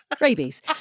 Rabies